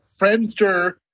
Friendster